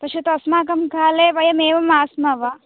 पश्यतु अस्माकं काले वयमेवम् आस्मः वा